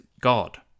God